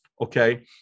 Okay